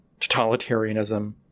totalitarianism